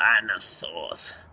dinosaurs